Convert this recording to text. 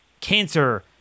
cancer